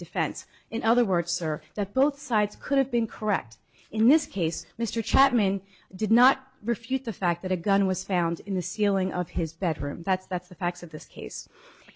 defense in other words or that both sides could have been correct in this case mr chapman did not refute the fact that a gun was found in the ceiling of his bedroom that's that's the facts of this case